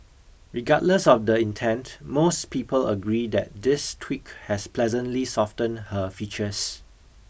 regardless of the intent most people agree that this tweak has pleasantly softened her features